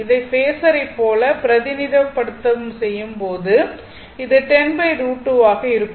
இதை பேஸரைப் போல பிரதிநிதித்துவம் செய்யும் போது அது 10√2 ஆக இருக்கும்